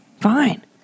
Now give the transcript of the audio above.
fine